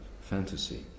fantasy